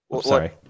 Sorry